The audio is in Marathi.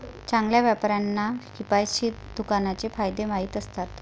चांगल्या व्यापाऱ्यांना किफायतशीर दुकानाचे फायदे माहीत असतात